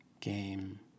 game